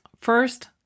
First